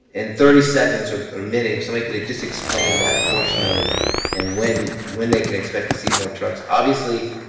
in thirty seconds or a minute, if somebody could just explain that portion of it and when when they can expect to see more trucks. obviously,